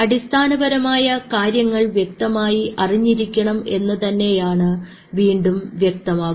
അടിസ്ഥാനപരമായ കാര്യങ്ങൾ വ്യക്തമായി അറിഞ്ഞിരിക്കണം എന്ന് തന്നെയാണ് വീണ്ടും വ്യക്തമാകുന്നത്